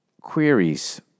Queries